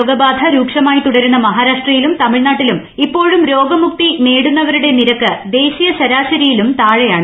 രോഗബാധ രൂക്ഷമായി തുടരുന്ന മഹാരാഷ്ട്രയിലും തമിഴ്നാട്ടിലും ഇപ്പോഴും രോഗമുക്തി നേടുന്നവരുടെ നിരക്ക് ദേശീയ ശരാശരിയിലും താഴെയാണ്